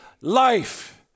life